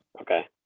okay